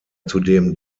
zudem